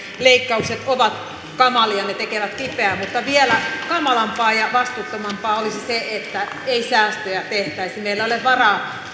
leikkaukset ovat kamalia ne tekevät kipeää mutta vielä kamalampaa ja vastuuttomampaa olisi se että ei säästöjä tehtäisi meillä ei ole varaa